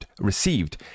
received